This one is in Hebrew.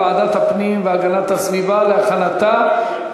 לוועדת הפנים והגנת הסביבה נתקבלה.